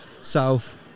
South